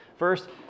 First